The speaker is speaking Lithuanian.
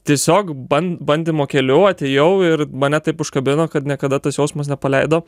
tiesiog ban bandymo keliu atėjau ir mane taip užkabino kad niekada tas jausmas nepaleido